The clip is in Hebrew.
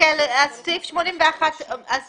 מדברים על מסלול מינהלי מול מסלול פלילי.